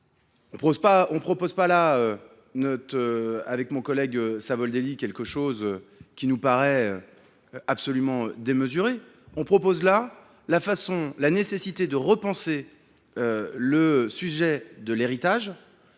ne proposons pas là, avec mon collègue Savoldelli, quelque chose qui nous paraît absolument démesuré. Nous pointons simplement la nécessité de repenser le sujet de l’héritage,